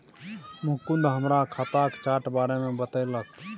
मुकुंद हमरा खाताक चार्ट बारे मे बतेलक